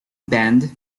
bend